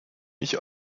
mich